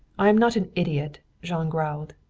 i am not an idiot, jean growled.